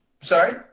Sorry